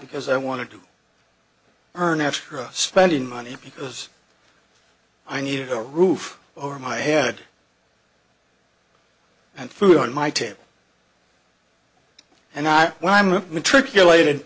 because i wanted to earn extra spending money because i needed a roof over my head and food on my table and i when i'm in matriculated